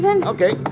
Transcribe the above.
Okay